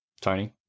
Tony